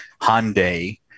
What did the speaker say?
Hyundai